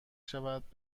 شود